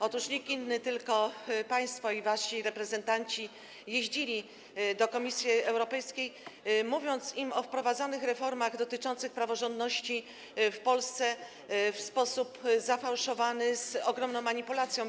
Otóż nikt inny tylko państwo i wasi reprezentanci jeździliście do Komisji Europejskiej, mówiąc tam o wprowadzanych reformach dotyczących praworządności w Polsce w sposób zafałszowany, ogromnie manipulując informacjami.